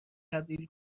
تبدیل